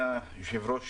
שמי אבי קרמר,